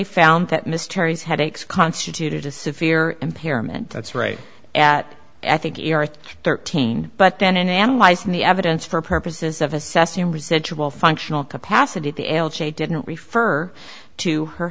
chafe found that misteries headaches constituted a severe impairment that's right at i think thirteen but then in analyzing the evidence for purposes of assessing residual functional capacity the didn't refer to her